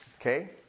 Okay